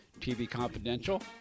tvconfidential